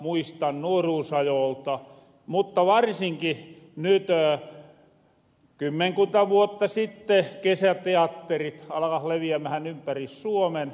muistan nuoruusajoolta mutta varsinkin nyt kymmenkunta vuotta sitten kun kesäteatterit alkas leviämähän ympäri suomen